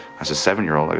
i said, seven year old? i go,